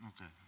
Okay